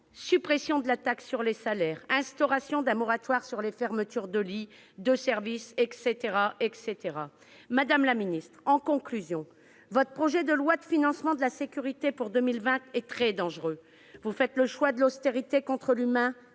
supprimer la taxe sur les salaires ou à instaurer un moratoire sur les fermetures de lits et de services, etc. En conclusion, votre projet de loi de financement de la sécurité sociale pour 2020 est très dangereux. Vous faites le choix de l'austérité contre l'humain